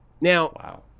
Now